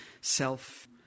self